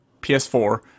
PS4